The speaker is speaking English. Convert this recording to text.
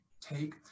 take